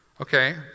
Okay